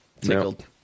Tickled